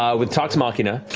um with talks machina.